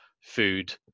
food